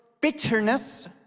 bitterness